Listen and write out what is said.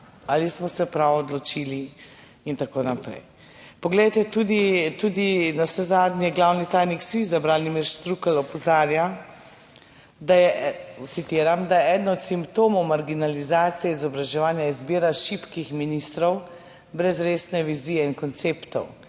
ali smo se prav odločili in tako naprej. Poglejte, tudi navsezadnje glavni tajnik SVIZ Branimir Štrukelj opozarja (citiram), da "je eden od simptomov marginalizacije izobraževanja izbira šibkih ministrov brez resne vizije in konceptov.